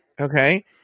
Okay